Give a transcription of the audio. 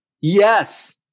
Yes